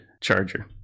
charger